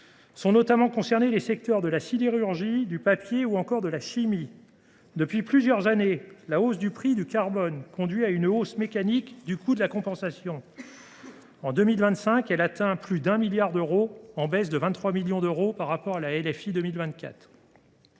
Sont notamment concernés les secteurs de la sidérurgie, du papier ou encore de la chimie. Depuis plusieurs années, la hausse du prix du quota carbone conduit à une hausse mécanique du coût de la compensation. En 2025, elle atteint plus d’un milliard d’euros, soit une baisse de 23 millions d’euros par rapport à la loi de